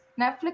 Netflix